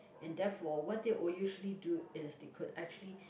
and therefore what do you all usually do is decode actually